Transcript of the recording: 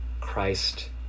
Christ